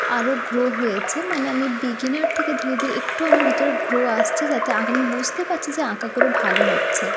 আরও গ্রো হয়েছে মানে আমি বিগিনার থেকে ধীরে ধীরে একটু আমার ভিতরে গ্রো আসছে যাতে আমি বুঝতে পারছি যে আঁকাগুলো ভালো হচ্ছে